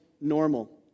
normal